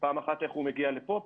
פעם אחת איך הוא מגיע לפה,